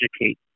educate